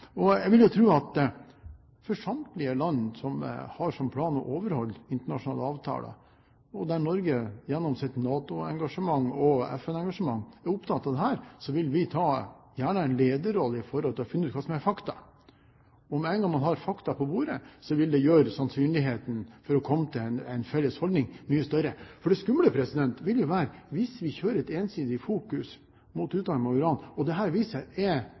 Jeg vil tro at for samtlige land som har som plan å overholde internasjonale avtaler – Norge er gjennom sitt NATO-engasjement og FN-engasjement opptatt av dette og vil gjerne ta en lederrolle i å finne ut hva som er fakta – vil det, med en gang man har fakta på bordet, gjøre sannsynligheten for å komme til en felles holdning mye større. Det skumle ville være hvis vi kjører et ensidig fokus mot utarmet uran, og det viser seg at det ikke er